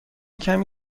کمی